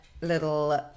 Little